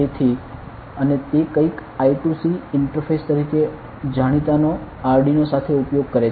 તેથી અને તે કંઈક I2C ઇન્ટરફેસ તરીકે જાણીતાનો અરડયુનો સાથે ઉપયોગ કરે છે